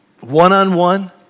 One-on-one